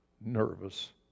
nervous